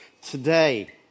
today